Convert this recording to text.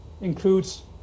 includes